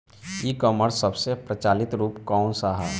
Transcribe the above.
ई कॉमर्स क सबसे प्रचलित रूप कवन सा ह?